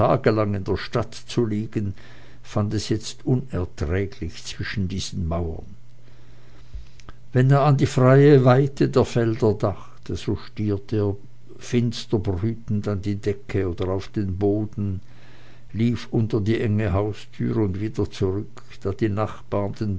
in der stadt zu liegen fand es jetzt unerträglich zwischen diesen mauern wenn er an die freie weite der felder dachte so stierte er finster brütend an die decke oder auf den boden lief unter die enge haustüre und wieder zurück da die nachbaren